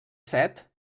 set